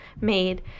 made